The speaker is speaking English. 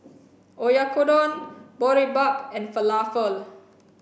Oyakodon Boribap and Falafel